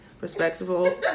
respectable